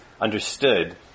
understood